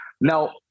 now